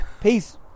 Peace